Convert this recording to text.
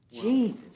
Jesus